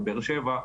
בבאר שבע,